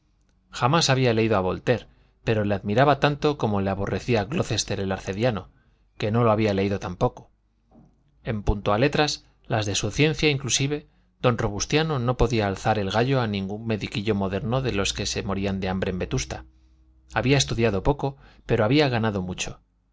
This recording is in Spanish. jamás había leído a voltaire pero le admiraba tanto como le aborrecía glocester el arcediano que no lo había leído tampoco en punto a letras las de su ciencia inclusive don robustiano no podía alzar el gallo a ningún mediquillo moderno de los que se morían de hambre en vetusta había estudiado poco pero había ganado mucho